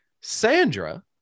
Sandra